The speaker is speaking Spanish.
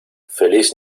feliz